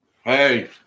Hey